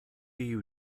you